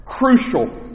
crucial